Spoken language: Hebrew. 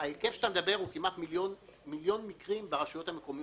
שההיקף שאתה מדבר עליו הוא של כמעט מיליון מקרים ברשויות המקומיות.